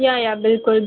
या या बिल्कुल